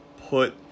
put